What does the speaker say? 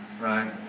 right